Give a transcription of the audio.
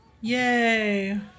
Yay